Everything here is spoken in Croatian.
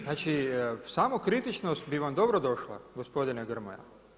Znači samokritičnost bi vam dobro došla gospodine Grmoja.